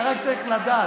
אתה רק צריך לדעת,